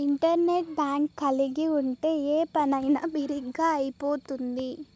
internet bank కలిగి ఉంటే ఏ పనైనా బిరిగ్గా అయిపోతుంది